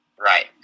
Right